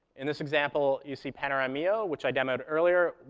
in this example, you see panoramio, which i demoed earlier,